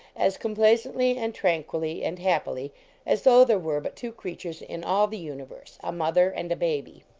as complacently and tranquilly and happily as though there were but two creat ures in all the universe a mother and a baby.